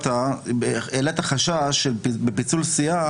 הצעת חוק-יסוד: הכנסת (תיקון הפסקת חברות בכנסת של שר או סגן